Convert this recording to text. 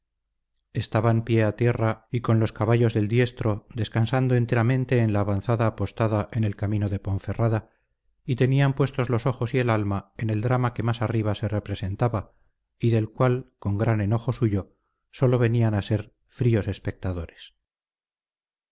estaban pie a tierra y con los caballos del diestro descansando enteramente en la avanzada apostada en el camino de ponferrada y tenían puestos los ojos y el alma en el drama que más arriba se representaba y del cual con gran enojo suyo sólo venían a ser fríos espectadores